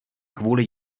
kvůli